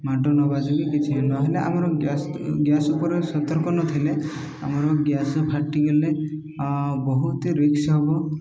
ମାଡ ନବାଜୁକି କିଛି ନହେଲେ ଆମର ଗ୍ୟାସ୍ ଗ୍ୟାସ ଉପରେ ସତର୍କ ନଥିଲେ ଆମର ଗ୍ୟାସ ଫାଟିଗଲେ ବହୁତ ରିକ୍ସ ହବ